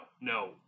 no